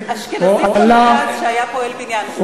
אשכנזי שהיה פועל בניין.